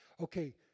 Okay